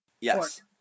Yes